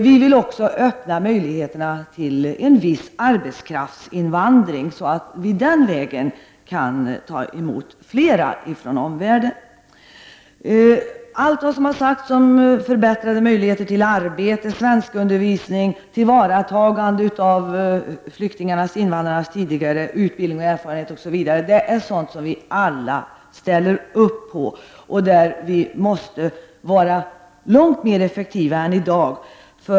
Vi vill också öppna möjligheter till en viss arbetskraftsinvandring, så att vårt land den vägen kan ta emot flera från omvärlden. Allt som har sagts om förbättrade möjligheter till arbete, svenskundervisning, tillvaratagande av flyktingarnas/invandrarnas tidigare utbildning och erfarenhet osv. ställer vi oss alla bakom, och vi måste på de punkterna vara långt mera effektiv än i dag.